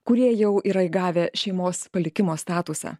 kurie jau yra įgavę šeimos palikimo statusą